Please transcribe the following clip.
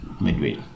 midway